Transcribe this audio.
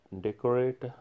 decorate